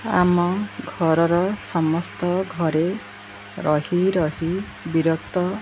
ଆମ ଘରର ସମସ୍ତ ଘରେ ରହି ରହି ବିରକ୍ତ